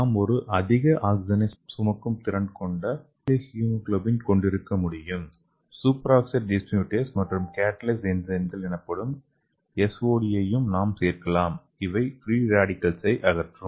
நாம் ஒரு அதிக ஆக்ஸிஜனை சுமக்கும் திறன் கொண்ட பாலிஹெமோகுளோபின் கொண்டிருக்க முடியும் சூப்பர் ஆக்சைடு டிஸ்முடேஸ் மற்றும் கேடலேஸ் என்சைம்கள் எனப்படும் எஸ்ஓடியையும் நாம் சேர்க்கலாம் இவை ஃப்ரீ ரேடிக்கல்களை அகற்றும்